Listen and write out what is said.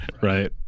Right